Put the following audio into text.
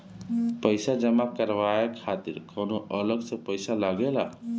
पईसा जमा करवाये खातिर कौनो अलग से पईसा लगेला?